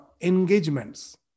engagements